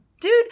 dude